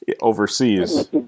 overseas